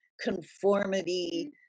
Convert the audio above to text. conformity